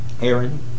Aaron